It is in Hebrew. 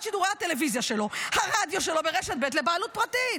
שידורי הטלוויזיה שלו והרדיו שלו ברשת ב' לבעלות פרטית".